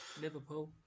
Liverpool